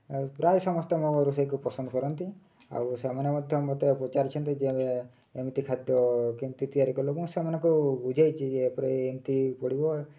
ଆଉ ପ୍ରାୟ ସମସ୍ତେ ମୋ ରୋଷେଇକୁ ପସନ୍ଦ କରନ୍ତି ଆଉ ସେମାନେ ମଧ୍ୟ ମୋତେ ପଚାରିଛନ୍ତି ଯେ ଏମିତି ଖାଦ୍ୟ କେମିତି ତିଆରି କଲେ ମୁଁ ସେମାନଙ୍କୁ ବୁଝାଇଛି ଏପରି ଏମିତି ପଡ଼ିବ